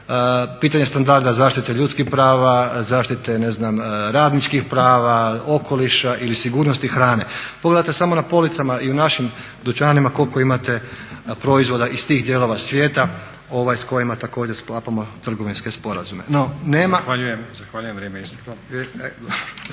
pitanje standarda zaštite ljudskih prava, zaštite ne znam radničkih prava, okoliša ili sigurnosti hrane. Pogledajte samo na policama i u našim dućanima koliko imate proizvoda iz tih dijelova svijeta s kojima također sklapamo trgovinske sporazume. No, nema …